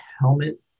helmet